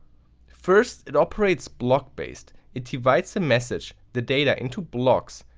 first it operates block based, it divides the message, the data, into blocks,